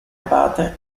abate